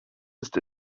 ist